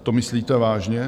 To myslíte vážně?